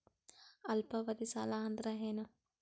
ಅಲ್ಪಾವಧಿ ಸಾಲ ಅಂದ್ರ ಏನು?